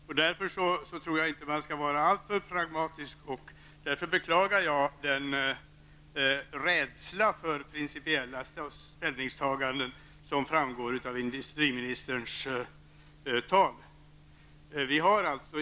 Jag tror inte att man skall vara alltför pragmatisk, och jag beklagar den rädsla för principiella ställningstaganden som industriministerns anförande vittnar om.